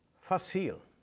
facile